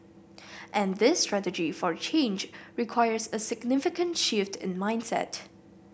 and this strategy for change requires a significant shift in mindset